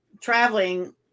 traveling